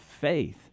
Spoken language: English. faith